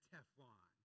Teflon